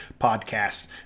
podcast